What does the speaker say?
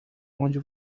onde